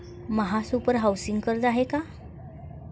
महासुपर हाउसिंग कर्ज आहे का?